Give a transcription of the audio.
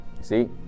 see